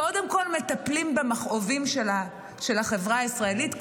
קודם כול לטפל במכאובים של החברה הישראלית,